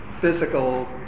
physical